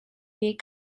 nih